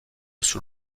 sous